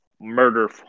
murder